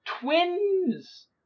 twins